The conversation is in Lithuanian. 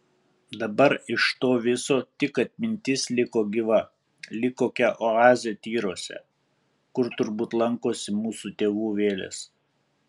dabar iš to viso tik atmintis liko gyva lyg kokia oazė tyruose kur turbūt lankosi mūsų tėvų vėlės